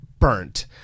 burnt